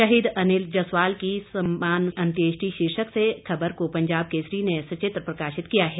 शहीद अनिल जसवाल की सस्मान अंत्येष्टि शीर्षक से खबर को पंजाब केसरी ने सचित्र प्रकाशित किया है